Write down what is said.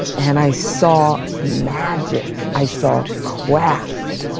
and i saw magic, i saw craft.